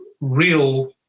real